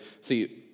See